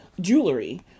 jewelry